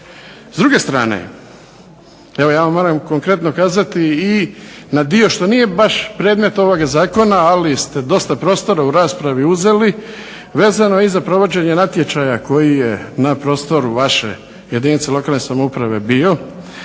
S druge strane, evo ja vam moram konkretno kazati i na dio što nije baš predmet ovog zakona, ali ste dosta prostora u raspravi i uzeli vezano i za provođenje natječaja koji je na prostoru vaše jedinice lokalne samouprave bio.